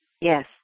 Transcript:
Yes